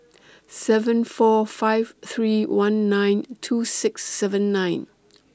seven four five three one nine two six seven nine